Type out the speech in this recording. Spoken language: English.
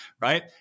right